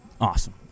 awesome